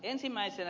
ensimmäisenä